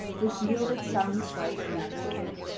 which yielded some slight nourishment.